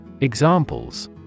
Examples